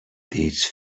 these